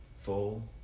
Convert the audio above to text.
Full